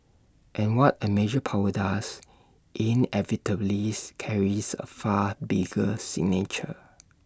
and what A major power does inevitable lease carries A far bigger signature